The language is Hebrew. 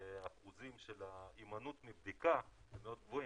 האחוזים של הימנעות מדביקה הם מאוד גבוהים.